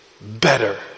better